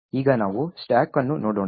ಈಗ ನಾವು ಸ್ಟಾಕ್ ಅನ್ನು ನೋಡೋಣ